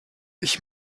ich